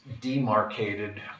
demarcated